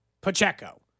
Pacheco